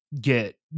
get